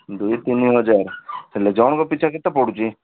ଦୁଇ ତିନି ହଜାର ହେଲେ ଜଣଙ୍କ ପିଛା କେତେ ପଡ଼ୁଛି